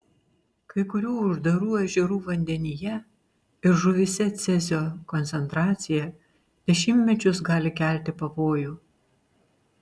kai kurių uždarų ežerų vandenyje ir žuvyse cezio koncentracija dešimtmečius gali kelti pavojų